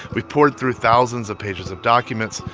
we've poured through thousands of pages of documents.